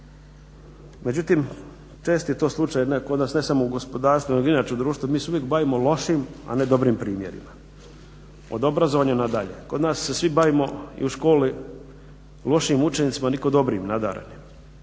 Međutim, čest je to slučaj kod nas, ne samo u gospodarstvu nego i inače u društvu, mi se uvijek bavimo lošim a ne dobrim primjerima, od obrazovanja nadalje. Kod nas se svi bavimo i u školi lošim učenicima, nitko dobrim, nadarenim.